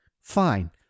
fine